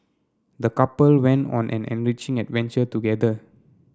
the couple went on an enriching adventure together